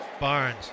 Barnes